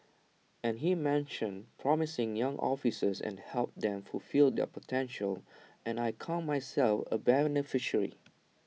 and he mention promising young officers and helped them fulfil their potential and I count myself A beneficiary